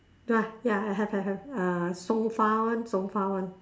ya I have I have uh song-fa one song-fa one